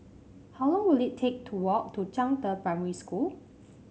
how long will it take to walk to Zhangde Primary School